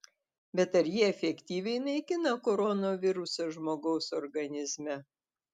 bet ar jie efektyviai naikina koronavirusą žmogaus organizme